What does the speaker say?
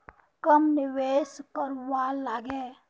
कब निवेश करवार लागे?